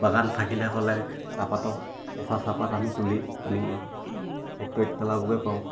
বাগান থাকিলে ক'লে চাহপাতক কেঁচা চাহপাত আমি তুলি আমি ফেক্টৰিত পেলাবগে পাৰোঁ